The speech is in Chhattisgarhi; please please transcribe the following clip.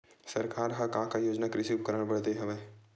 सरकार ह का का योजना कृषि उपकरण बर दे हवय?